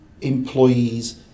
employees